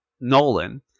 Nolan